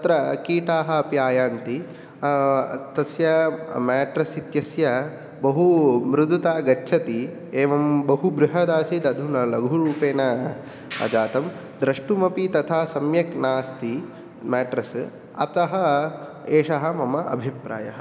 तत्र कीटाः अपि आयान्ति तस्य मेट्रेस् इत्यस्य बहुमृदुता गच्छति एवं बहु बृहदासीत् अधुना लघुरूपेण जातं द्रष्टुम् अपि तथा सम्यक् नास्ति मेट्रेस् अतः एषः मम अभिप्रायः